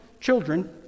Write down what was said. children